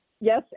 Yes